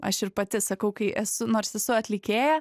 aš ir pati sakau kai esu nors esu atlikėja